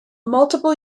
multiple